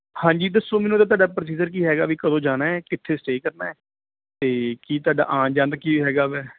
ਹਾਂਜੀ ਦੱਸੋ ਮੈਨੂੰ ਨਾ ਤੁਹਾਡਾ ਪ੍ਰੋਸੀਜਰ ਕੀ ਹੈਗਾ ਬਈ ਕਦੋਂ ਜਾਣਾ ਹੈ ਕਿੱਥੇ ਸਟੇਅ ਕਰਨਾ ਹੈ ਅਤੇ ਕੀ ਤੁਹਾਡਾ ਆਉਣ ਜਾਣ ਦਾ ਕੀ ਹੈਗਾ ਹੈ